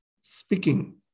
speaking